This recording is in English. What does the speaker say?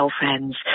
girlfriends